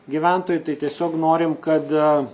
gyventojų tai tiesiog norim kad